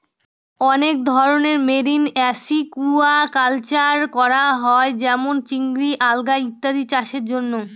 অনেক ধরনের marine aquaculture করা হয় যেমন চিংড়ি, আলগা ইত্যাদি চাষের জন্য